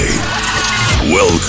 Welcome